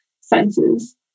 senses